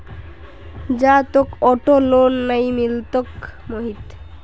जा, तोक auto loan नइ मिलतोक मोहित